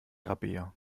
rabea